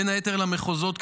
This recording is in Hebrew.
בין היתר למחוזות,